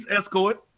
escort